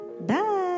Bye